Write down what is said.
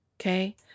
Okay